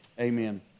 Amen